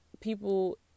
people